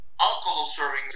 Alcohol-serving